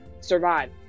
survive